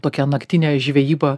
tokią naktinę žvejybą